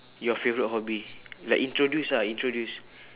your favourite hobby like introduce ah introduce